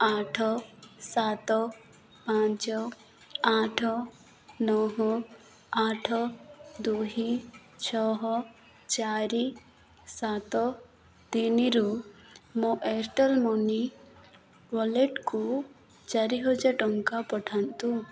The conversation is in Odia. ଆଠ ସାତ ପାଞ୍ଚ ଆଠ ନଅ ଆଠ ଦୁଇ ଛଅ ଚାରି ସାତ ତିନିରୁ ମୋ ଏୟାର୍ଟେଲ୍ ମନି ୱାଲେଟକୁ ଚାରି ହଜାର ଟଙ୍କା ପଠାନ୍ତୁ